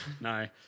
no